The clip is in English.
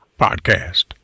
Podcast